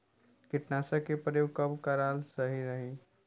कीटनाशक के प्रयोग कब कराल सही रही?